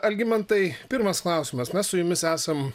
algimantai pirmas klausimas mes su jumis esam